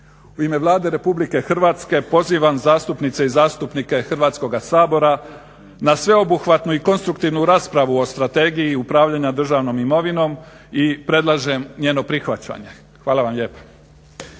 U ime Vlade Republike Hrvatske pozivam zastupnice i zastupnike Hrvatskog sabora na sveobuhvatnu i konstruktivnu raspravu o Strategiji upravljanja državnom imovinom i predlažem njeno prihvaćanje. Hvala vam lijepa.